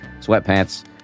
sweatpants